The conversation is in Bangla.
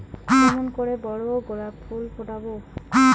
কেমন করে বড় গোলাপ ফুল ফোটাব?